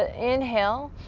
ah inhale,